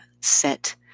set